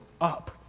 up